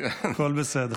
הכול בסדר.